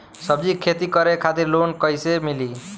सब्जी के खेती करे खातिर लोन कइसे मिली?